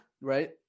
Right